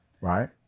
Right